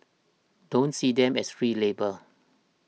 don't see them as free labour